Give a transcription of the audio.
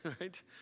right